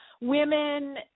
women